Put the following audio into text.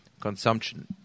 consumption